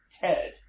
Ted